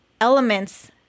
elements